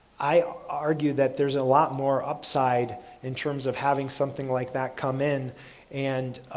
i argue that there's a lot more upside in terms of having something like that come in and